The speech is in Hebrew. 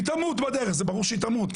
היא תמות בדרך זה ברור שהיא תמות,